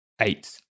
eight